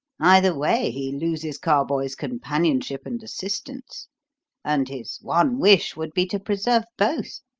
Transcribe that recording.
either way he loses carboys' companionship and assistance and his one wish would be to preserve both.